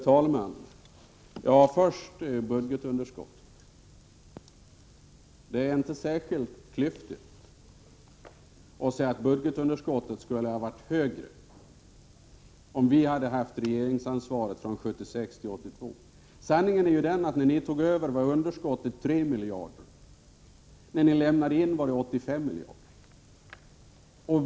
Herr talman! Först några ord om budgetunderskottet. Det är inte särskilt klyftigt att säga att budgetunderskottet skulle ha varit högre, om vi hade haft regeringsansvaret från 1976 till 1982. Sanningen är ju den att budgetunderskottet när ni tog över regeringsansvaret var 3 miljarder och att när ni frånträdde var budgetunderskottet 85 miljarder.